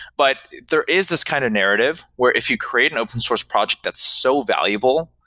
but there is this kind of narrative where if you create an open source project that's so valuable,